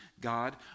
God